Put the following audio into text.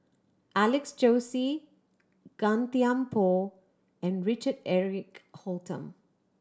Alex Josey Gan Thiam Poh and Richard Eric Holttum